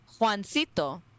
Juancito